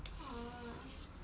orh